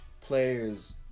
players